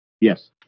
yes